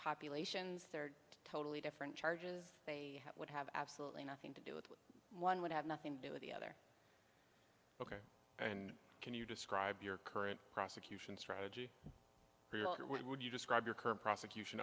populations they're totally different charges they would have absolutely nothing to do with one would have nothing to do with the other and can you describe your current prosecution's strategy would you describe your current prosecution